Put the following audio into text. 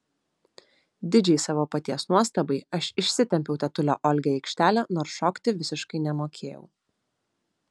didžiai savo paties nuostabai aš išsitempiau tetulę olgą į aikštelę nors šokti visiškai nemokėjau